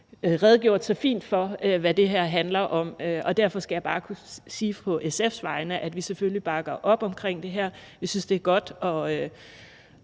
redegjort så fint for, hvad det handler om. Derfor skal jeg bare sige på SF's vegne, at vi selvfølgelig bakker op omkring det her. Vi synes, det er godt at